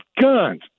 guns